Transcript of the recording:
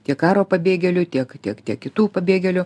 tiek karo pabėgėlių tiek kiek tiek kitų pabėgėlių